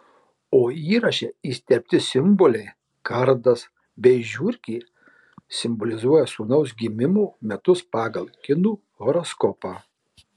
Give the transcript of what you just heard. o įraše įterpti simboliai kardas bei žiurkė simbolizuoja sūnaus gimimo metus pagal kinų horoskopą